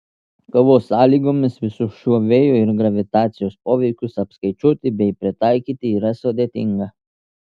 kovos sąlygomis visus šiuo vėjo ir gravitacijos poveikius apskaičiuoti bei pritaikyti yra sudėtinga